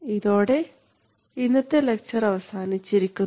ഇതോടെ ഇന്നത്തെ ലക്ചർ അവസാനിച്ചിരിക്കുന്നു